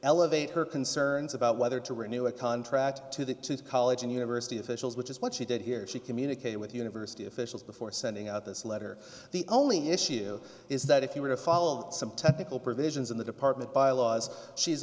elevate her concerns about whether to renew a contract to the college and university officials which is what she did here she communicated with university officials before sending out this letter the only issue is that if you were to follow some technical provisions in the department bylaws she